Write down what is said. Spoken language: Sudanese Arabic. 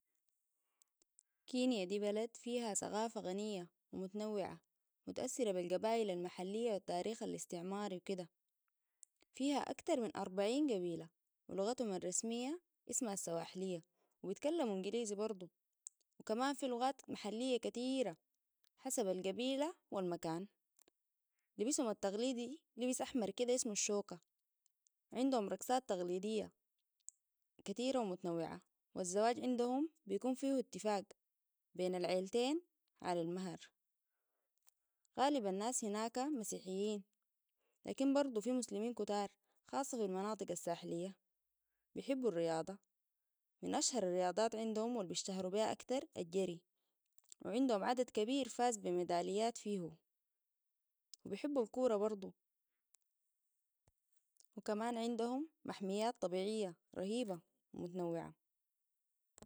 كينيا دي بلد فيها ثقافه غنية ومتنوعة متأثرة بالقبائل المحلية والتاريخ الاستعماري وكده فيها أكتر من أربعين قبيله ولغتهم الرسمية اسمها السواحلية وبيتكلموا انجليزي برضو كمان في لغات محلية كتيرة حسب القبيله والمكان لبسهم التغليدي لبس أحمر كده اسمه الشوكة عندهم رقصات تقلديه كتيرة ومتنوعة والزواج عندهم بيكون فيه اتفاق بين العيلتين على المهر غالب الناس هناك مسيحيين لكن برضو فيه مسلمين كتار خاصة في المناطق الساحلية بيحبوا الرياضة من أشهر الرياضات عندهم والبيشتهروا بها أكتر الجري وعندهم عدد كبير فاز بميداليات فيو وبيحبوا الكورة برضو كمان عندهم محميات طبيعية رهيبة ومتنوعة